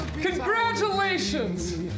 Congratulations